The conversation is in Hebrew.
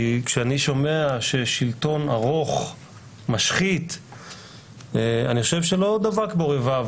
כי כשאני שומע ששלטון ארוך משחית אני חושב שלא דבק בו רבב,